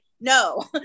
no